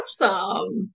awesome